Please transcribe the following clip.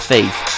Faith